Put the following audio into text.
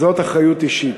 זאת אחריות אישית,